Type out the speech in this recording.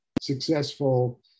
successful